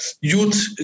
youth